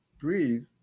breathe